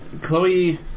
Chloe